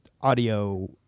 Audio